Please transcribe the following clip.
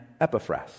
Epiphras